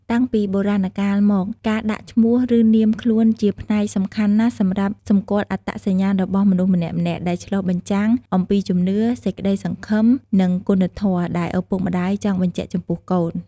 តាំងពីបុរាណកាលមកការដាក់ឈ្មោះឬនាមខ្លួនជាផ្នែកសំខាន់ណាស់សម្រាប់សម្គាល់អត្តញ្ញាណរបស់មនុស្សម្នាក់ៗដែលឆ្លុះបញ្ជាំងអំពីជំនឿ សេចក្តីសង្ឃឹម និងគុណធម៌ ដែលឪពុកម្តាយចង់បញ្ជាក់ចំពោះកូន។